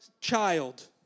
child